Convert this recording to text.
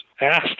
asked